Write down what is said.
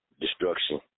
destruction